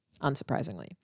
unsurprisingly